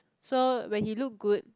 so when he look good